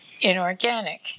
inorganic